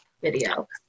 video